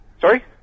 Sorry